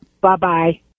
Bye-bye